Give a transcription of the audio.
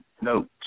No